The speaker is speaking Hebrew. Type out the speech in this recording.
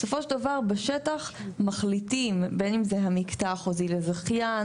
בסופו של דבר בשטח מחליטים בין אם זה המקטע החוזי לזכיין,